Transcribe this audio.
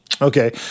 Okay